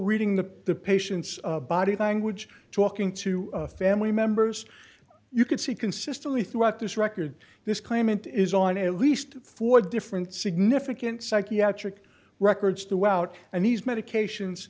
reading the patient's body language talking to family members you can see consistently throughout this record this claimant is on at least four different significant psychiatric records throughout and these medications